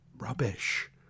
rubbish